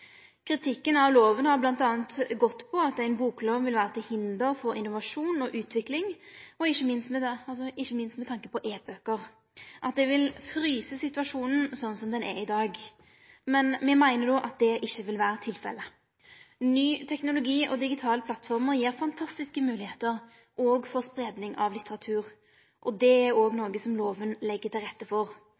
Kritikken av loven har m.a. vore at ei boklov vil vere til hinder for innovasjon og utvikling – ikkje minst med tanke på e-bøker, og at det vil fryse situasjonen sånn som han er i dag. Me meiner at det ikkje vil vere tilfellet. Ny teknologi og digitale plattformar vil gi fantastiske moglegheiter òg for spreiing av litteratur. Det er òg noko som loven legg til rette for.